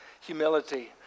humility